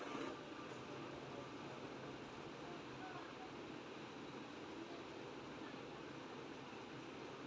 जो सबसे पहले हे टेडर मशीन आई थी उसके दो पहिये होते थे और उसे एक घोड़े द्वारा खीचा जाता था